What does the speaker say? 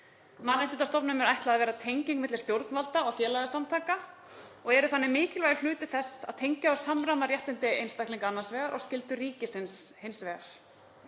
Mannréttindastofnunum er ætlað að vera tenging milli stjórnvalda og félagasamtaka og eru þannig mikilvægur hluti þess að tengja og samræma réttindi einstaklinga annars vegar og skyldur ríkisins hins vegar.